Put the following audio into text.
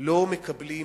לא מקבלים